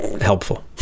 helpful